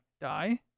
Die